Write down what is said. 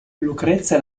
lucrezia